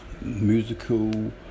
musical